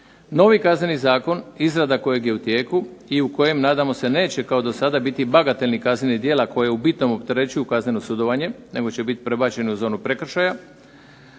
novi Kazneni zakon, izrada kojeg je u tijeku, i u kojem nadamo se neće kao do sada biti bagatelni kaznenih djela koje u bitnom opterećuju kazneno sudovanje, nego će biti prebačeno u zonu prekršaja,